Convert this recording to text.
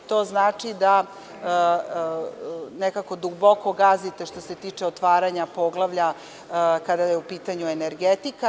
To znači da nekako duboko gazite što se tiče otvaranja poglavlja, kada je u pitanju energetika.